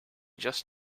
just